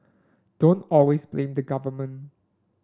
don't always blame the government